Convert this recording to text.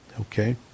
Okay